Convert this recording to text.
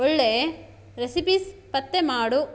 ಒಳ್ಳೆಯ ರೆಸಿಪೀಸ್ ಪತ್ತೆ ಮಾಡು